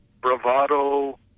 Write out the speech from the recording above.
bravado